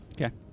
Okay